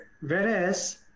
Whereas